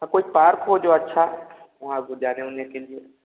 हाँ कोई पार्क हो जो अच्छा वहाँ पर जाने उने के लिए